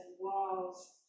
walls